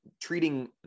Treating